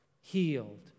healed